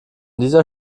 dieser